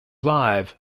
live